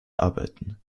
arbeiten